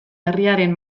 herriaren